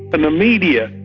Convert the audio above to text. but the media,